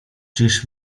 czyż